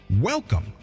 Welcome